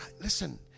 listen